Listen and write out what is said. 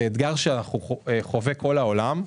זה אתגר שחווה כל העולם,